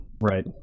right